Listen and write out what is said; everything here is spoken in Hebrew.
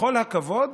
בכל הכבוד,